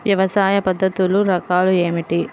వ్యవసాయ పద్ధతులు రకాలు ఏమిటి?